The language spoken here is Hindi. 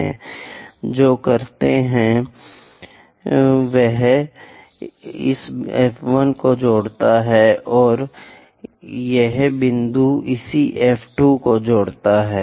हम जो करते हैं वह इस F 1 को जोड़ता है और यह बिंदु इसी F 2 को जोड़ता है